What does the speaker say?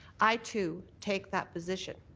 i too take that position.